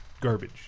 garbage